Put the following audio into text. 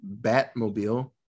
batmobile